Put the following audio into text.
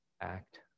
act